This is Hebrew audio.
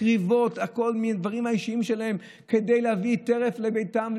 מקריבות הכול מהדברים האישיים שלהן כדי להביא טרף לביתן,